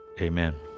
Amen